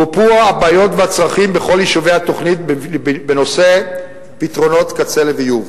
מופו הבעיות והצרכים בכל יישובי התוכנית בנושא פתרונות קצה לביוב.